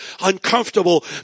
uncomfortable